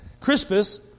Crispus